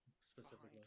specifically